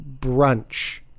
Brunch